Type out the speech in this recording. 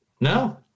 No